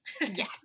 Yes